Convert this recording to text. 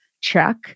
check